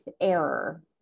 error